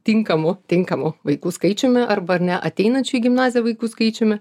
tinkamu tinkamu vaikų skaičiumi arba ar neateinančių į gimnaziją vaikų skaičiumi